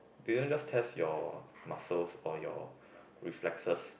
they don't just test your muscles or your reflexes